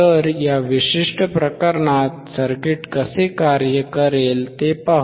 तर या विशिष्ट प्रकरणात सर्किट कसे कार्य करेल ते पाहू